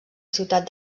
ciutat